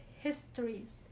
histories